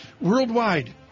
Worldwide